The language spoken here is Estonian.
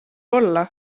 olla